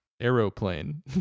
Aeroplane